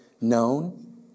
Known